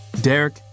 Derek